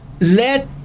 let